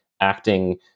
acting